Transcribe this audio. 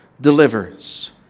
delivers